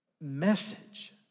message